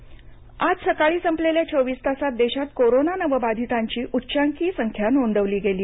देश कोविड आज सकाळी संपलेल्या चोवीस तासांत देशात कोरोना नवबाधितांची उच्चांकी संख्या नोंदवली गेली